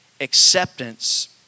Acceptance